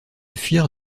fuir